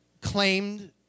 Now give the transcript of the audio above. claimed